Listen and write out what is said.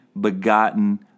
begotten